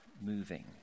moving